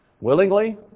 willingly